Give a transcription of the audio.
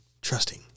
trusting